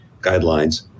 guidelines